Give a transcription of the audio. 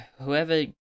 whoever